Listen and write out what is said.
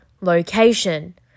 location